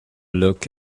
look